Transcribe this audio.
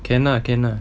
can lah can lah